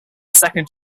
second